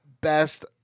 best